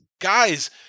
guys